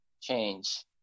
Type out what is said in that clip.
change